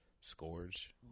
scourge